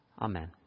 Amen